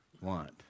want